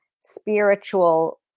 spiritual